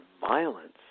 violence